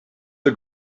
the